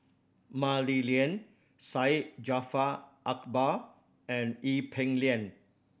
Mah Li Lian Syed Jaafar Albar and Ee Peng Liang